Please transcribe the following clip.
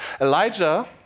elijah